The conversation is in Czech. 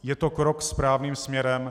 Je to krok správným směrem.